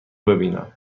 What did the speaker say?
ببینم